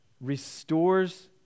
restores